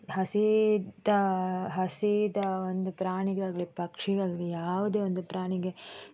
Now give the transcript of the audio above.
ಹಸಿದ ಹಸಿದ ಒಂದು ಪ್ರಾಣಿಗಾಗಲಿ ಪಕ್ಷಿಗಾಗಲಿ ಯಾವ್ದೇ ಒಂದು ಪ್ರಾಣಿಗೆ